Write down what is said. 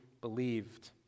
believed